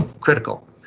critical